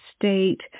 State